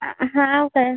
हो काय